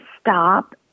stop